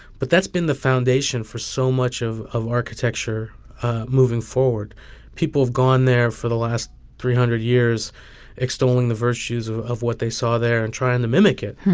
but that's been the foundation for so much of of architecture moving forward people have gone there for the last three hundred years extolling the virtues of of what they saw there and trying to mimic it,